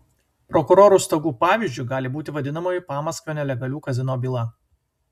prokurorų stogų pavyzdžiu gali būti vadinamoji pamaskvio nelegalių kazino byla